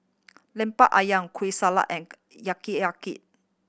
Lemper Ayam Kueh Salat and